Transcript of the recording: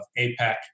APEC